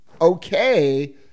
okay